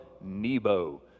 Nebo